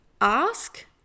ask